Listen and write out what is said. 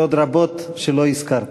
ועוד רבות שלא הזכרת.